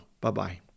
Bye-bye